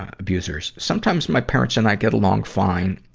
abusers? sometimes, my parents and i get along fine.